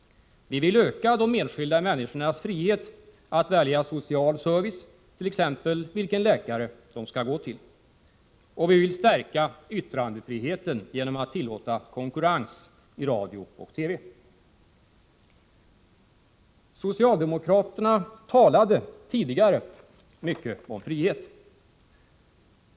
Vi vill öka de enskilda människornas frihet att välja social service, t.ex. vilken läkare de skall gå till. Och vi vill stärka yttrandefriheten genom att tillåta konkurrens i radio och TV. Socialdemokraterna talade tidigare mycket om frihet.